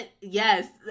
Yes